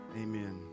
amen